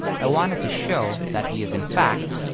i wanted to show that he is in fact,